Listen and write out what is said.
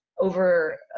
Over